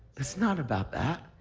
it's not about that.